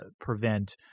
prevent